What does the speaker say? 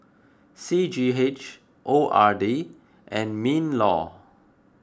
C G H O R D and MinLaw